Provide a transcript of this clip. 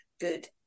good